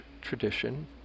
tradition